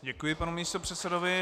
Děkuji panu místopředsedovi.